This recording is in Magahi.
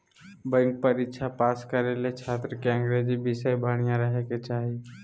बैंक परीक्षा पास करे ले छात्र के अंग्रेजी विषय बढ़िया रहे के चाही